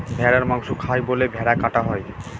ভেড়ার মাংস খায় বলে ভেড়া কাটা হয়